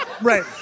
right